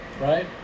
right